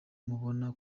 mubona